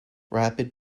rapid